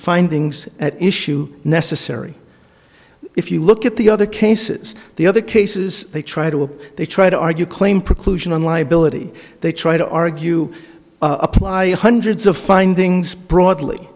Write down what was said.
findings at issue necessary if you look at the other cases the other cases they try to what they try to argue claim preclusion on liability they try to argue apply hundreds of findings broadly